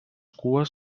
cues